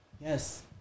Yes